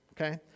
Okay